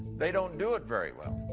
they don't do it very well.